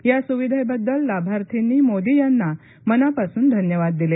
या सुविधेबद्दल लाभार्थींनी मोदी यांना मनापासून धन्यवाद दिले